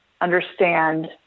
understand